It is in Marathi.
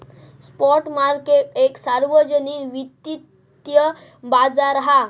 स्पॉट मार्केट एक सार्वजनिक वित्तिय बाजार हा